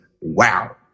wow